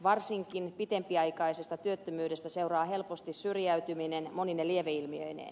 varsinkin pitempiaikaisesta työttömyydestä seuraa helposti syrjäytyminen monine lieveilmiöineen